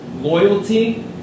loyalty